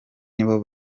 nibo